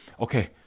Okay